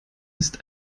ist